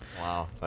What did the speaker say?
Wow